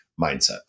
mindset